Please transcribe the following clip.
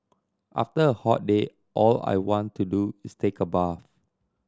after a hot day all I want to do is take a bath